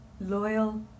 loyal